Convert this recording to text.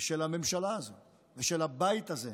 של הממשלה הזאת ושל הבית הזה.